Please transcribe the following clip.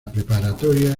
preparatoria